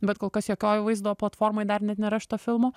bet kol kas jokioj vaizdo platformoj dar net nėra šito filmo